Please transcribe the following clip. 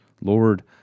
Lord